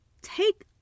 Take